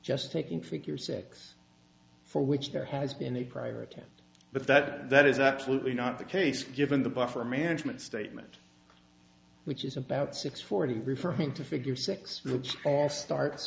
just taking figure six for which there has been a priority but that is absolutely not the case given the buffer management statement which is about six forty referring to figure six which all starts